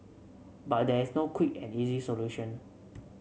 but there is no quick and easy solution